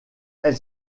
elle